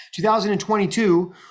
2022